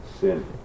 sin